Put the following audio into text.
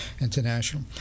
international